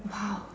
!wow!